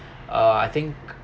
uh I think